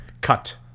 cut